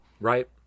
Right